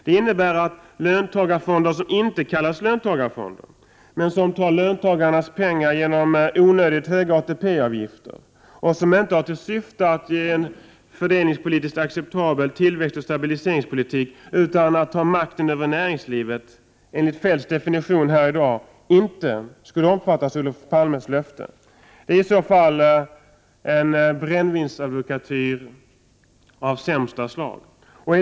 Detta innebär att löntagarfonder som inte kallas för löntagarfonder, men som tar löntagarnas pengar genom onödigt höga ATP-avgifter och som inte har till syfte att ge en fördelningspolitiskt acceptabel tillväxt och en stabiliseringspolitik utan att ta makten över näringslivet, enligt Feldts definition i dag inte skulle omfattas av Olof Palmes löfte. Det är i så fall en brännvinsadvokatyr av sämsta slag.